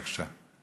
בבקשה.